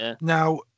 now